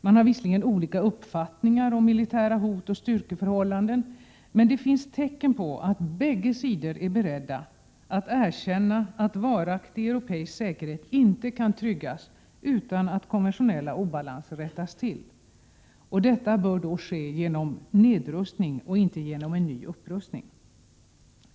Man har visserligen olika uppfattningar om militära hot och styrkeförhållanden, men det finns tecken på att bägge sidor är beredda att erkänna att varaktig europeisk säkerhet inte kan tryggas utan att konventionella obalanser rättas till. Detta bör ske genom nedrustning och inte genom ny upprustning.